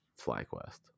FlyQuest